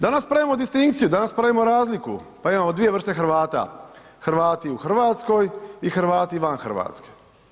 Danas pravim distinkciju, danas pravimo razliku pa imamo dvije vrste Hrvata, Hrvati u Hrvatskoj i Hrvati van Hrvatske.